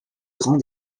grands